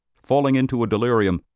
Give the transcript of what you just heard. falling into a delirium,